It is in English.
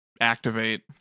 activate